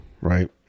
right